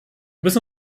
müssen